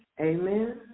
Amen